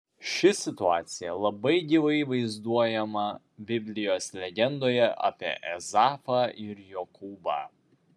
ši situacija labai gyvai vaizduojama biblijos legendoje apie ezavą ir jokūbą